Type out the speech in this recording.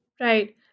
right